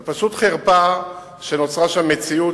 זאת פשוט חרפה שנוצרה שם מציאות